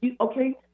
Okay